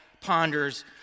ponders